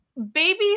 Baby